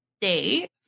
day